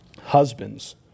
husbands